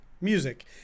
music